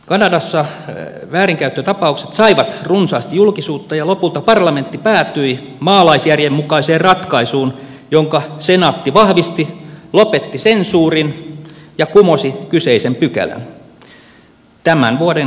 kanadassa väärinkäyttötapaukset saivat runsaasti julkisuutta ja lopulta parlamentti päätyi maalaisjärjen mukaiseen ratkaisuun jonka senaatti vahvisti lopetti sensuurin ja kumosi kyseisen pykälän tämän vuoden kesäkuussa